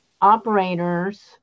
operators